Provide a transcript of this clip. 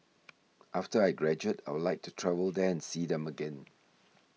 after I graduate I'd like to travel there and see them again